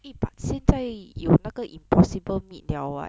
eh but 现在有那个 impossible meat liao [what]